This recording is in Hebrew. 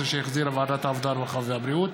2018, שהחזירה ועדת העבודה, הרווחה והבריאות.